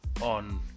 On